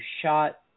shot